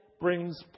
brings